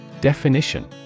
Definition